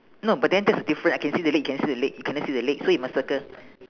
no but then that's the difference I can see the leg you cannot see the leg you cannot see the leg so you must circle